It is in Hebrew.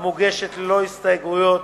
המוגשת ללא הסתייגויות,